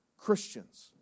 Christians